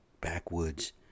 backwoods